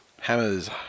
Hammers